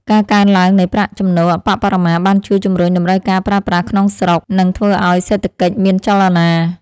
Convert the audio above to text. ការកើនឡើងនៃប្រាក់ចំណូលអប្បបរមាបានជួយជំរុញតម្រូវការប្រើប្រាស់ក្នុងស្រុក និងធ្វើឱ្យសេដ្ឋកិច្ចមានចលនា។